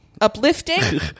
uplifting